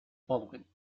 following